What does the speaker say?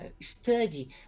study